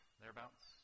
thereabouts